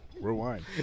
Rewind